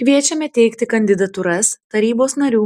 kviečiame teikti kandidatūras tarybos narių